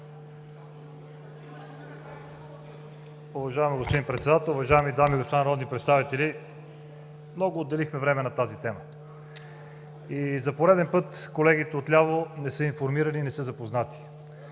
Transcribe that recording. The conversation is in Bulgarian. Уважаеми господин Председател, уважаеми дами и господа народни представители! Много време отделихме на тази тема и за пореден път колегите отляво не са информирани и не са запознати.